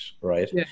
Right